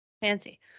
fancy